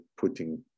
putting